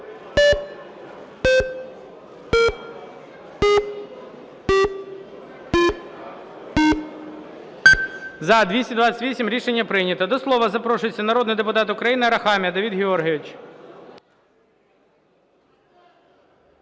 За-228 Рішення прийнято. До слова запрошується народний депутат України Арахамія Давид Георгійович.